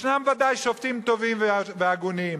יש ודאי שופטים טובים והגונים,